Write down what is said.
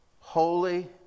Holy